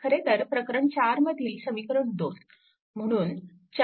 खरेतर प्रकरण 4 मधील समीकरण 2 म्हणून 4